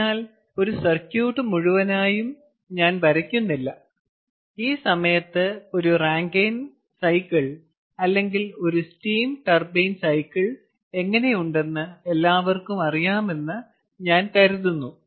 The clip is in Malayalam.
അതിനാൽ ഒരു സർക്യൂട്ട് മുഴുവനായും ഞാൻ വരയ്ക്കുന്നില്ല ഈ സമയത്ത് ഒരു റാങ്കിൻ സൈക്കിൾ അല്ലെങ്കിൽ ഒരു സ്റ്റീം ടർബൈൻ സൈക്കിൾ എങ്ങനെയുണ്ടെന്ന് എല്ലാവർക്കും അറിയാമെന്ന് ഞാൻ കരുതുന്നു